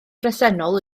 bresennol